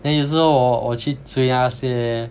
then 有时候我去追那些